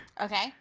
Okay